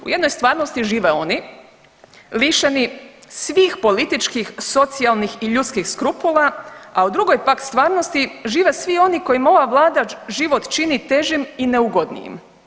U jednoj stvarnosti žive oni lišeni svih političkih, socijalnih i ljudskih skrupula, a u drugoj, pak, stvarnosti žive svi oni kojima ova Vlada život čini težim i neugodnijim.